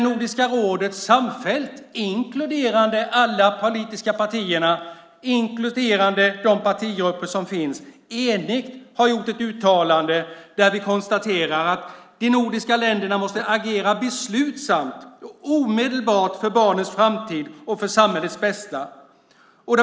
Nordiska rådet har samfällt, inkluderande alla de politiska partierna, inkluderande de partigrupper som finns, gjort ett uttalande där vi konstaterar att de nordiska länderna måste agera beslutsamt och omedelbart för barnens framtid och för samhällets bästa.